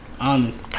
Honest